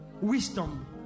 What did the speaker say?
Wisdom